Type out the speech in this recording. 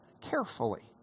carefully